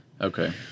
Okay